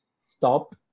stop